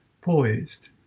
poised